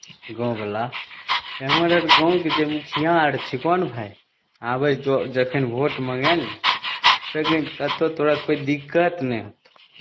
गाँववला हमर अर गाँवके जे मुखिया अर छिकौ ने भाय आबय जो जखन भोट मङ्गय लेल ने तखन कहतौ तोरा दिक्कत नहि होतौ